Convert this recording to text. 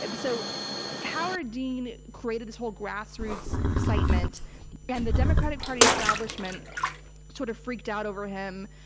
ah but so howard dean created this whole grassroots excitement and the democratic party establishment sort of freaked out over him,